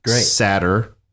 sadder